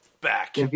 Back